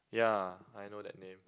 yeah I know that name